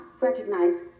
Recognize